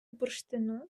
бурштину